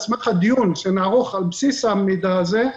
על סמך הדיון שנערוך על בסיס המידע הזה,